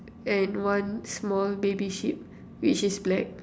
and one small baby sheep which is black